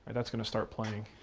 that's gonna start playing.